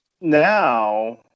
now